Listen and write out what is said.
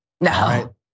No